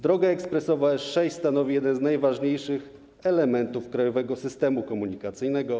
Droga ekspresowa S6 stanowi jeden z najważniejszych elementów krajowego systemu komunikacyjnego.